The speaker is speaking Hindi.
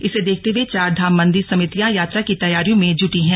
इसे देखते हुए चार धाम मंदिर समितियां यात्रा की तैयारियों में जुटी है